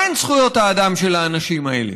מהן זכויות האדם של האנשים האלה?